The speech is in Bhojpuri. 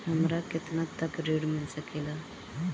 हमरा केतना तक ऋण मिल सके ला?